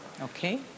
Okay